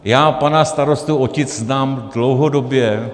Já pana starostu Otic znám dlouhodobě.